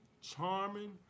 charming